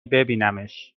ببینمش